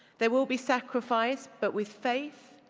there will be sacrifice, but with faith,